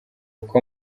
uko